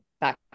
back